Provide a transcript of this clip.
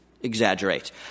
exaggerate